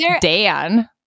Dan